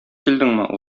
килдеңме